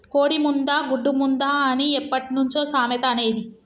కోడి ముందా, గుడ్డు ముందా అని ఎప్పట్నుంచో సామెత అనేది